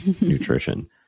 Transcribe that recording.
nutrition